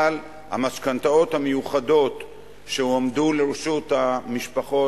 אבל המשכנתאות המיוחדות שהועמדו לרשות המשפחות,